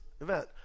event